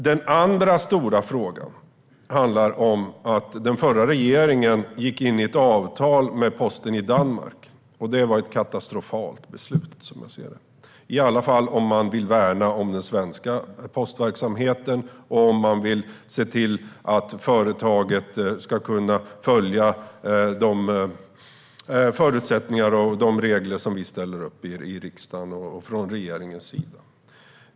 Den andra stora frågan handlar om att den förra regeringen gick in i ett avtal med Posten i Danmark, och det var ett katastrofalt beslut - i alla fall om man vill värna om den svenska postverksamheten och om man vill att företaget ska följa de förutsättningar och regler som riksdagen och regeringen ställer upp.